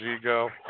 ego